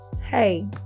hey